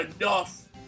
enough